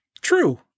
true